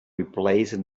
replacing